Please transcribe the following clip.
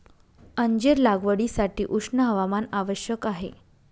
अंजीर लागवडीसाठी उष्ण हवामान आवश्यक आहे